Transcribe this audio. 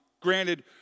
granted